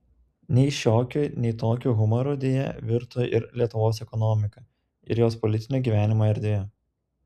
nei šiokiu nei tokiu humoru deja virto ir lietuvos ekonomika ir jos politinio gyvenimo erdvė